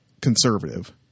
conservative